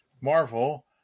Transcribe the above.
marvel